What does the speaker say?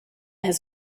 has